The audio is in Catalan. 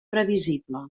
previsible